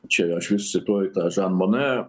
čia aš vis cituoju tą žan monė